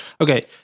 Okay